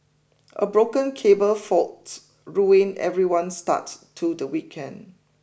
a broken cable fault ruined everyone's start to the weekend